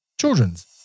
children's